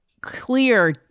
clear